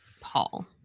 Paul